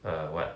err what